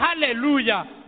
Hallelujah